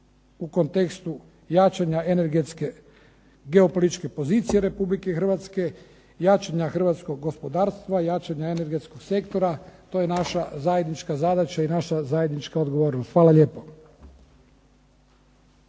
u kontekstu jačanja energetske geopolitičke pozicije RH, jačanja hrvatskog gospodarstva, jačanja energetskog sektora. To je naša zajednička zadaća i naša zajednička odgovornost. Hvala lijepo.